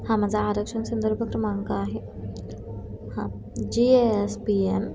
हां माझा आरक्षण संदर्भ क्रमांक आहे हां जी एस पी एम